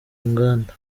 nganda